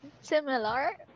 Similar